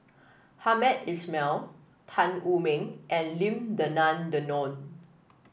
Hamed Ismail Tan Wu Meng and Lim Denan Denon